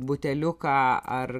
buteliuką ar